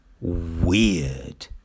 weird